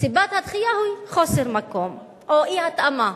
וסיבת הדחייה: חוסר מקום, או אי-התאמה.